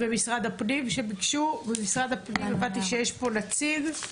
ממשרד הפנים הבנתי שיש פה נציג.